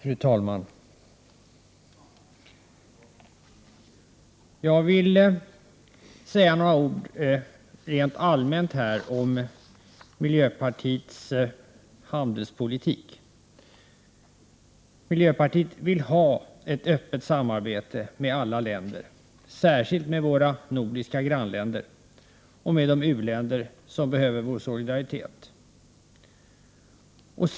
Fru talman! Jag vill säga några ord rent allmänt om miljöpartiets handelspolitik. Miljöpartiet vill ha ett öppet samarbete med alla länder, särskilt med våra nordiska grannländer och med de u-länder som behöver vår solidaritet.